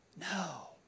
No